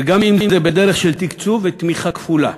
וגם אם זה בדרך של תקצוב ותמיכה כפולה,